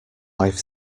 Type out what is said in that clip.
life